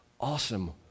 awesome